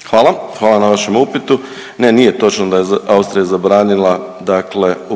Tugomir** Hvala. Hvala na vašem upitu. Ne, nije točno da je Austrija zabranila dakle upotrebu